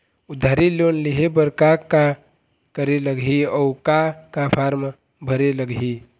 उधारी लोन लेहे बर का का करे लगही अऊ का का फार्म भरे लगही?